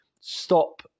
stop